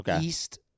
east